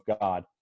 God